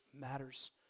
matters